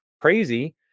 crazy